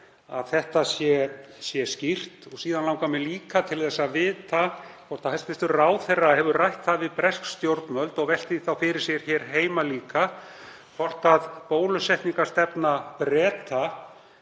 að þetta sé skýrt. Síðan langar mig líka til að vita hvort hæstv. ráðherra hefur rætt það við bresk stjórnvöld, og velti því fyrir sér hér heima líka, hvort bólusetningarstefna Breta